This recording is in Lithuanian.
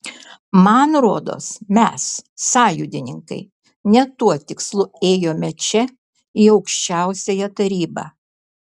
man rodos mes sąjūdininkai ne tuo tikslu ėjome čia į aukščiausiąją tarybą